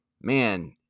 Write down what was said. man